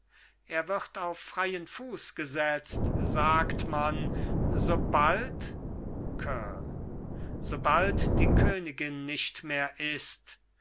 er wird auf freien fuß gesetzt sagt man sobald kurl sobald die königin nicht mehr ist